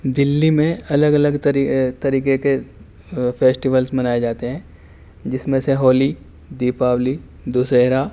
دہلی میں الگ الگ طری طریقے کے فیسٹیولس منائے جاتے ہیں جس میں سے ہولی دیپاولی دسہرہ